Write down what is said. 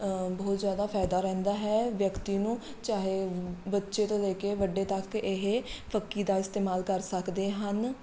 ਬਹੁਤ ਜ਼ਿਆਦਾ ਫਾਇਦਾ ਰਹਿੰਦਾ ਹੈ ਵਿਅਕਤੀ ਨੂੰ ਚਾਹੇ ਬੱਚੇ ਤੋਂ ਲੈ ਕੇ ਵੱਡੇ ਤੱਕ ਇਹ ਫੱਕੀ ਦਾ ਇਸਤੇਮਾਲ ਕਰ ਸਕਦੇ ਹਨ